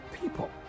people